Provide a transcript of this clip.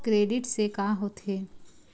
Credit से का होथे?